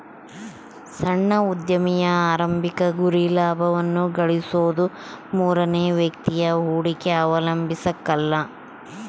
ಸಣ್ಣ ಉದ್ಯಮಿಯ ಆರಂಭಿಕ ಗುರಿ ಲಾಭವನ್ನ ಗಳಿಸೋದು ಮೂರನೇ ವ್ಯಕ್ತಿಯ ಹೂಡಿಕೆ ಅವಲಂಬಿಸಕಲ್ಲ